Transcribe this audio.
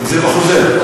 זה בחוזר?